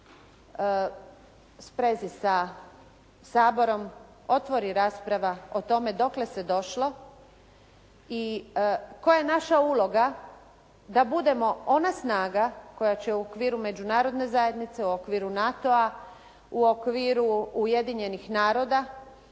sprezi sa Saborom otvori rasprava o tome dokle se došlo i koja je naša uloga da budemo ona snaga koja će u okviru Međunarodne zajednice, u okviru NATO-a, u okviru Ujedinjenih naroda